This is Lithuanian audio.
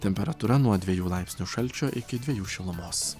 temperatūra nuo dviejų laipsnių šalčio iki dviejų šilumos